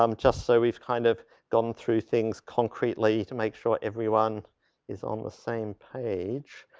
um just so we've kind of gone through things concretely to make sure everyone is on the same page.